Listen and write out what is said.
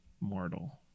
mortal